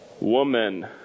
woman